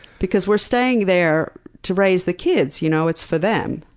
because we're staying there to raise the kids. you know it's for them.